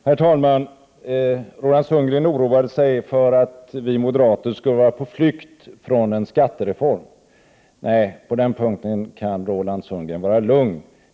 Herr talman! Roland Sundgren oroade sig för att vi moderater skulle vara på flykt från en skattereform. Nej, på den punkten kan Roland Sundgren vara lugn.